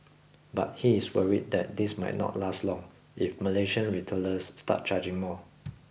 but he is worried that this might not last long if Malaysian retailers start charging more